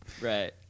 Right